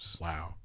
Wow